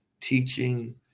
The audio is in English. teaching